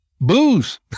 Booze